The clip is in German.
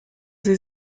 sie